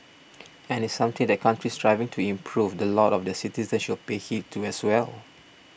and it's something that countries striving to improve the lot of their citizens should pay heed to as well